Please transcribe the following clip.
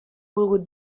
volgut